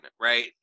Right